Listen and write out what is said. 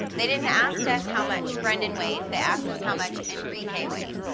they didn't ask us how much brendon weighed, they asked us how much enrique weighed.